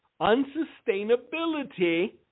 Unsustainability